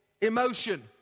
emotion